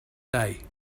day